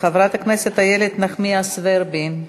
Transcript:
חברת הכנסת איילת נחמיאס ורבין.